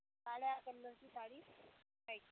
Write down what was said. काळ्या कलरची साडी पाहिजे